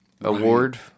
Award